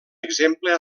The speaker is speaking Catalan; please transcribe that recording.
exemple